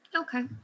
Okay